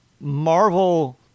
Marvel